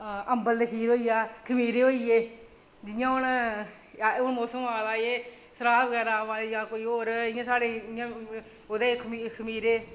अम्बल ते खीर होई गेआ खमीरे होई गे जि'यां हून जि'यां मौसम आवै दा एह् सराध बगैरा आवै दे जां इ'यां ओह्दे ई खमीरे